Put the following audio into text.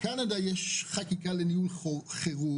בקנדה יש חקיקה לניהול חירום,